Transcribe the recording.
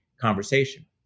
conversation